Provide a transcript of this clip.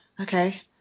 okay